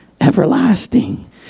Everlasting